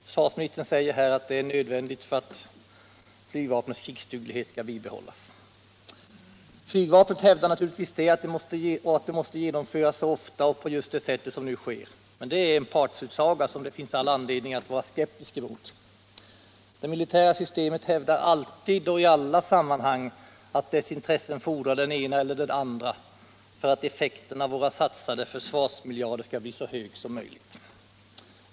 Försvarsministern säger att de är nödvändiga för att flygvapnets krigsduglighet skall bibehållas. Flygvapnet hävdar naturligtvis att övningarna måste genomföras just så ofta och just på det sätt som nu sker. Men detta är en partsutsaga som det finns all anledning att vara skeptisk mot. Det militära systemet hävdar alltid och i alla sammanhang att det fordras det ena eller det andra för att effekten av våra satsade försvarsmiljarder skall bli så hög som möjligt.